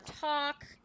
talk